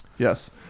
Yes